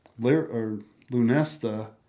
Lunesta